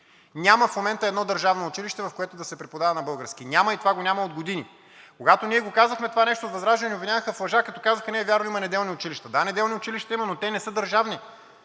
Няма в момента едно държавно училище, в което да се преподава на български, няма и това го няма от години! Когато ние от ВЪЗРАЖДАНЕ го казахме, ни обвиняваха в лъжа, като казаха: не е вярно, има неделни училища! Да, неделни училища има, но те не са държавни,